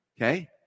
Okay